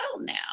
now